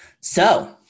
So-